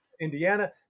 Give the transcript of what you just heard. Indiana